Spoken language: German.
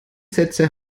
sätze